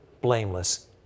blameless